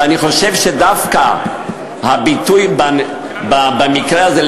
ואני חושב שדווקא הביטוי במקרה הזה,